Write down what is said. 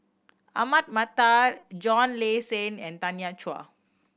Ahmad Mattar John Le Cain and Tanya Chua